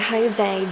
Jose